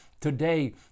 today